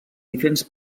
diferents